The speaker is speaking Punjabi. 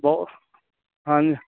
ਬਹੁ ਹਾਂਜੀ